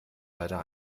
leider